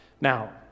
Now